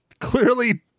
Clearly